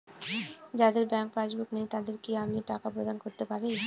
যাদের bank passbook নেই তাদের কি আমি টাকা প্রদান করতে পারি?